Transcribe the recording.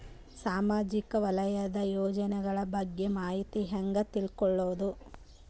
ಸಾಮಾಜಿಕ ವಲಯದ ಯೋಜನೆಗಳ ಬಗ್ಗೆ ಮಾಹಿತಿ ಹ್ಯಾಂಗ ತಿಳ್ಕೊಳ್ಳುದು?